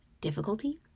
difficulty